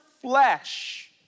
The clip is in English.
flesh